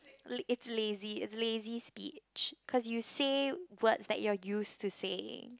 la~ it's lazy it's lazy speech cause you say words that you're used to saying